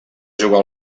jugar